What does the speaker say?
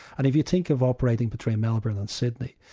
and if you think of operating between melbourne and sydney,